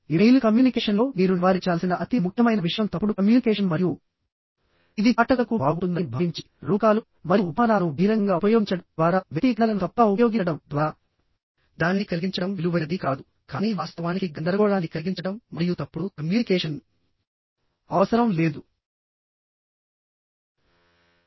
email కమ్యూనికేషన్లో మీరు నివారించాల్సిన అతి ముఖ్యమైన విషయం తప్పుడు కమ్యూనికేషన్ మరియు ఇది పాఠకులకు బాగుంటుందని భావించి రూపకాలు మరియు ఉపమానాలను బహిరంగంగా ఉపయోగించడం ద్వారా వ్యక్తీకరణలను తప్పుగా ఉపయోగించడం ద్వారా దానిని కలిగించడం విలువైనది కాదు కానీ వాస్తవానికి గందరగోళాన్ని కలిగించడం మరియు తప్పుడు కమ్యూనికేషన్ అవసరం లేదు